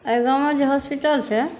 एहि गाममे जे हॉस्पिटल छै